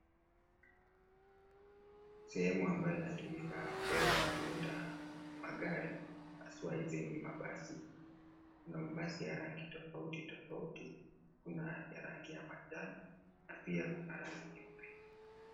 Sehemu ambayo inatumika kuweza kuunda magari haswa mabasi kuna mabasi ya rangi tofauti tofauti, kuna ya rangi ya manjano na pia kuna rangi nyeupe.